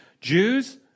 Jews